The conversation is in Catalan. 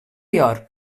york